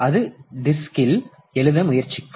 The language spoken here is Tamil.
அது டிஸ்க்ல் எழுத முயற்சிக்கும்